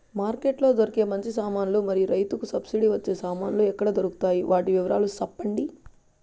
Market లో దొరికే మంచి సామాన్లు మరియు రైతుకు సబ్సిడి వచ్చే సామాన్లు ఎక్కడ దొరుకుతాయి? వాటి వివరాలు సెప్పండి?